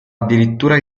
addirittura